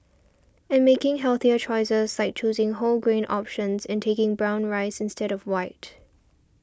and making healthier choices like choosing whole grain options and taking brown rice instead of white